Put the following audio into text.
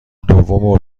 دوم